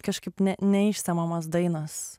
kažkaip ne neišsemiamos dainos